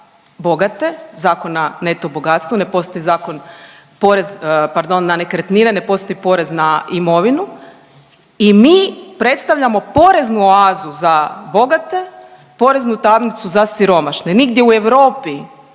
bogate, zakon na neto bogatstvo, ne postoji zakon porez pardon na nekretnine, ne postoji porez na imovinu i mi predstavljamo poreznu oazu za bogate, poreznu tamnicu za siromašne. Nigdje u Europi